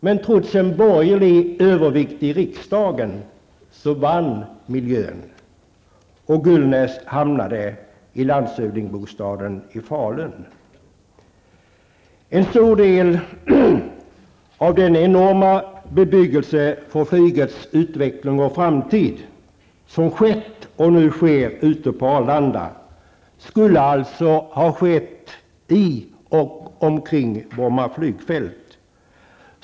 Men trots en borgerlig övervikt i riksdagen vann miljöns företrädare, och Gullnäs hamnade i landshövdingsbostaden i Falun. En stor del av den enorma bebyggelse för flygets utveckling och framtid som har skett och som nu sker ute på Arlanda skulle också ha skett i och omkring Bromma flygfält.